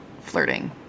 flirting